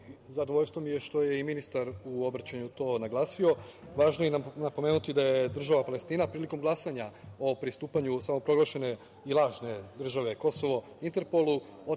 zadovoljstvo mi je što je i ministar u obraćanju to naglasio, važno je napomenuti da je država Palestina prilikom glasanja o pristupanju samoproglašene i lažne države Kosovo Interpolu,